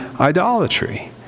idolatry